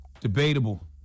Debatable